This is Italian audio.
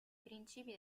principi